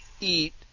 eat